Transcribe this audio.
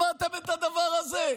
שמעתם את הדבר הזה?